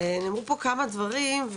נאמרו פה כמה דברים,